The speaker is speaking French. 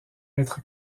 être